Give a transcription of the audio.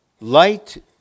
Light